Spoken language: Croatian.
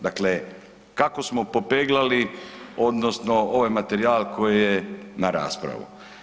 Dakle, kako smo popeglali odnosno ovaj materijal koji je na raspravu.